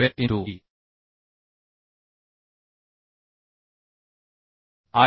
square into E